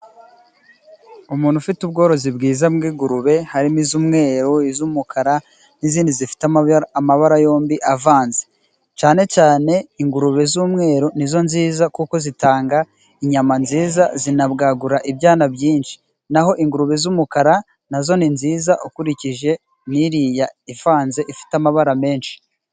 Umuntu ufite ubworozi bwiza bw'ingurube harimo iz'umweru, iz'umukara n'izindi zifite amabara yombi avanze cane cane ingurube z'umweru nizo nziza kuko zitanga inyama nziza zinabwagura ibyana byinshi naho ingurube z'umukara nazo ni nziza ukurikije niriya ivanze ifite amabara menshi.